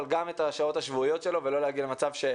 אבל גם את השעות השבועיות שלו ולא להגיע למצב של